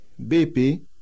BP